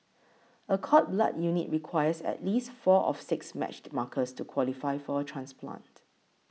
a cord blood unit requires at least four of six matched markers to qualify for a transplant